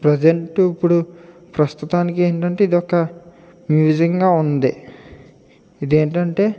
present ఇప్పుడు ప్రస్తుతానికి ఏంటంటే ఇదొక మ్యూజియంగా ఉంది ఇదేంటంటే